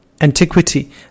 antiquity